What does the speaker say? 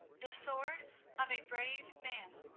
the sword of a brave man.